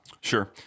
Sure